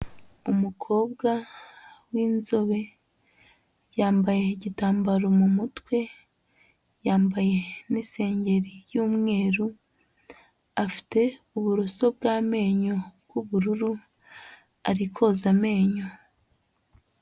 Umukobwa w'inzobe, yambaye igitambaro mu mutwe, yambaye n'isengeri y'umweru, afite uburoso bw'amenyo bw'ubururu, ari koza amenyo.